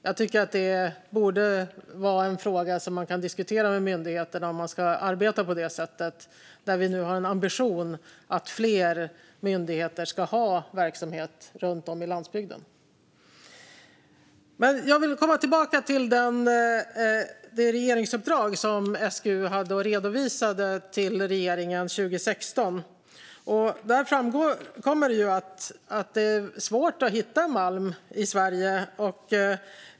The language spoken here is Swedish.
Jag tycker att det är en fråga som man borde kunna diskutera med myndigheterna om man ska arbeta på det sättet när vi nu har en ambition att fler myndigheter ska ha verksamhet runt om i landsbygden. Jag vill komma tillbaka till det regeringsuppdrag som SGU redovisade till regeringen 2016. Där framkommer att det är svårt att hitta malm i Sverige.